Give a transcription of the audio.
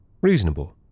Reasonable